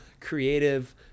creative